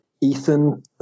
Ethan